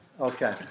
Okay